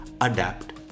adapt